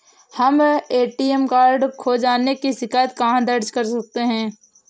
हम ATM card खो जाने की शिकायत कहाँ दर्ज कर सकते हैं?